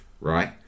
right